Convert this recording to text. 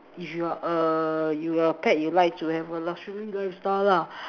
if you're a you're a pet you like to have a luxury lifestyle lah